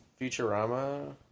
Futurama